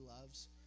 loves